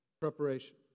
Preparation